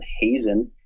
Hazen